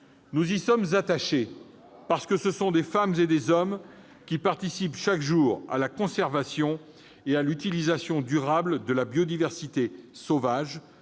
Nous y sommes attachés, car des femmes et des hommes participent chaque jour à la conservation et à l'utilisation durable de la biodiversité sauvage,